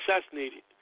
assassinated